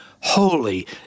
holy